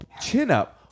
chin-up